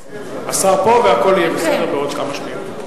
השר פה והכול יהיה בסדר בעוד כמה שניות.